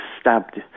stabbed